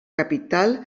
capital